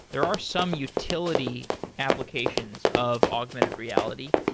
there are some utility applications of augmented reality.